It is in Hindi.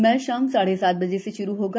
मैच शाम साढ़े सात बजे से श्रू होगा